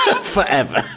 forever